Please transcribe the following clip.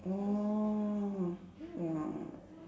oh !wow!